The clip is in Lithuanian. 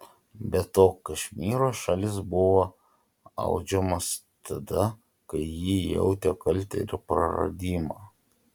be to kašmyro šalis buvo audžiamas tada kai ji jautė kaltę ir praradimą